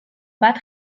bat